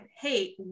hey